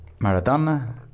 Maradona